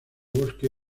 bosque